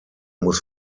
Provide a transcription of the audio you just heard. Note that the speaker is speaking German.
muss